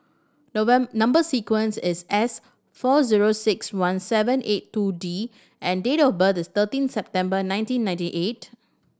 number sequence is S four zero six one seven eight two D and date of birth is thirteen September nineteen ninety eight